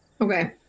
Okay